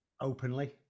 openly